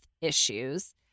issues